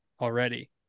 already